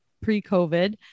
pre-COVID